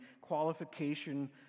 qualification